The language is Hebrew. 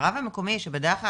הרב המקומי שבדרך כלל,